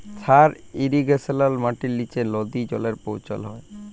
sub ইরিগেশলে মাটির লিচে লদী জলে পৌঁছাল হ্যয়